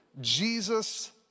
Jesus